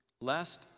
lest